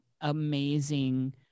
amazing –